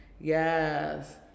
yes